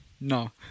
No